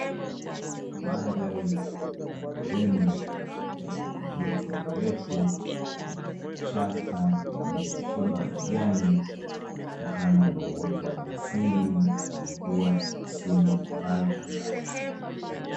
Mandhari ya porini yenye miti mirefu chaka vilivyoshiba majani kutokana na wote wa asili wa mvua za misimu mbali mbali